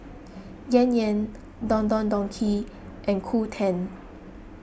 Yan Yan Don Don Donki and Qoo ten